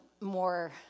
more